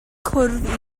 cwrdd